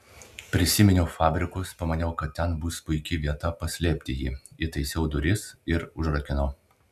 prisiminiau fabrikus pamaniau kad ten bus puiki vieta paslėpti jį įtaisiau duris ir užrakinau